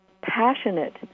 passionate